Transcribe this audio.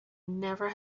never